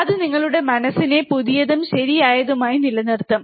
അത് നിങ്ങളുടെ മനസ്സിനെ പുതിയതും ശരിയായതുമായി നിലനിർത്തും